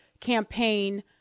campaign